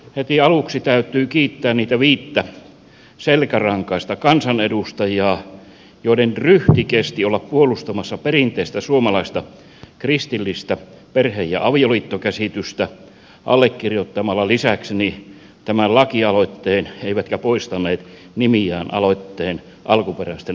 heti aluksi täytyy kiittää niitä viittä selkärankaista kansanedustajaa joiden ryhti kesti olla puolustamassa perinteistä suomalaista kristillistä perhe ja avioliittokäsitystä allekirjoittamalla lisäkseni tämän lakialoitteen ja jotka eivät poistaneet nimiään aloitteen alkuperäisten allekirjoittaneiden joukosta